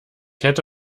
hätte